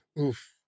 Oof